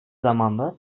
zamanda